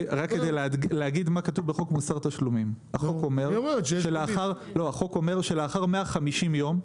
חוק מוסר תשלומים אומר שרק לאחר 150 יום,